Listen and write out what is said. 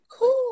cool